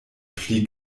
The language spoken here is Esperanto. pli